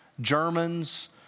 Germans